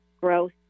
growth